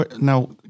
Now